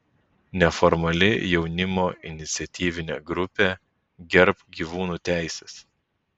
neformali jaunimo iniciatyvinė grupė gerbk gyvūnų teises